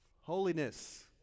holiness